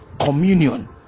communion